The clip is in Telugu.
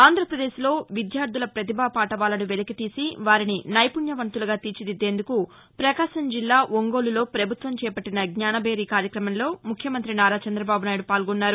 ఆంధ్రాపదేశ్లో విద్యార్దుల పతిభాపాటవాలను వెలికితీసి వారిని నైపుణ్యవంతులుగా తీర్చిదిద్లేందుకు ప్రకాశం జిల్లా ఒంగోలులో ప్రభుత్వం చేపట్టిన జ్ఞానభేరి కార్యక్రమంలో ముఖ్యమంతి నారా చంద్రబాబు నాయుడు పాల్గొన్నారు